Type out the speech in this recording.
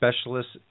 specialists